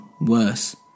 worse